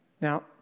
Now